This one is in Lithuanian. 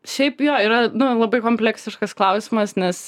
šiaip jo yra nu labai kompleksiškas klausimas nes